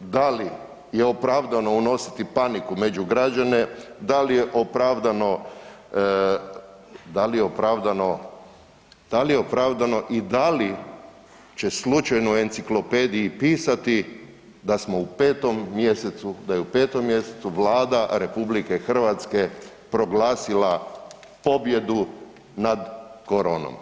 da li je opravdano unositi paniku među građane, da li je opravdano, da li je opravdano, da li je opravdano i da li će slučajno u Enciklopediji pisati da smo u 5. mjesecu, da je u 5. mjesecu Vlada RH proglasila pobjedu nad koronom.